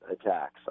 attacks